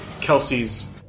Kelsey's